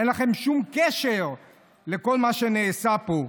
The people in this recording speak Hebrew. אין לכם שום קשר לכל מה שנעשה פה.